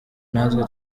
natwe